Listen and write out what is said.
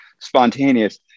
spontaneous